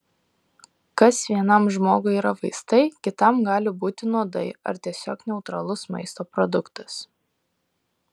kas vienam žmogui yra vaistai kitam gali būti nuodai ar tiesiog neutralus maisto produktas